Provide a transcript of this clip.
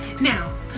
Now